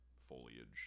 foliage